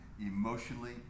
emotionally